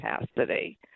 capacity